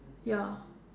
ya